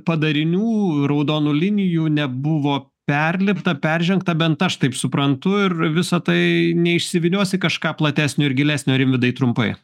padarinių raudonų linijų nebuvo perlipta peržengta bent aš taip suprantu ir visa tai neišsivynios į kažką platesnio ir gilesnio rimvydai trumpai